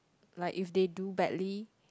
like if they do badly